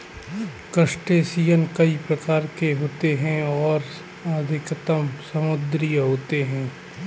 crustacean कई प्रकार के होते हैं और अधिकतर समुद्री होते हैं